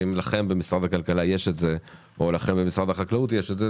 אם לכם במשרד הכלכלה או לכם במשרד החקלאות יש את זה,